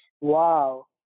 Wow